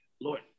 Lord